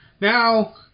Now